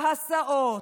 ההסעות,